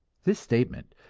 this statement,